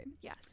Yes